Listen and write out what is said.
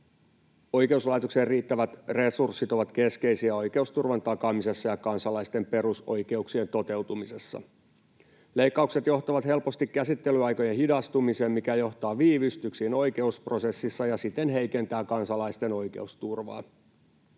Oikeuslaitoksen riittävät resurssit ovat keskeisiä oikeusturvan takaamisessa ja kansalaisten perusoikeuksien toteutumisessa. Leikkaukset johtavat helposti käsittelyaikojen hidastumiseen, mikä johtaa viivästyksiin oikeusprosessissa ja siten heikentää kansalaisten oikeusturvaa.